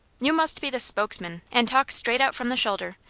you must be the spokesman and talk straight out from the shoulder.